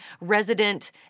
resident